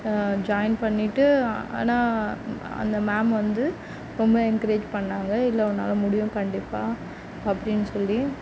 join பண்ணிவிட்டு ஆ ஆனால் அந்த மேம் வந்து ரொம்ப என்கரேஜ் பண்ணிணாங்க இல்லை உன்னால் முடியும் கண்டிப்பாக அப்படின்னு சொல்லி